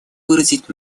выразить